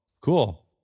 Cool